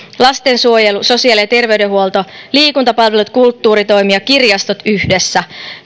lastensuojelu sosiaali ja terveydenhuolto liikuntapalvelut kulttuuritoimi ja kirjastot yhdessä